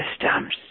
systems